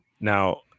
Now